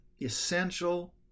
essential